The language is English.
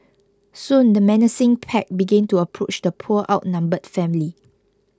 soon the menacing pack began to approach the poor outnumbered family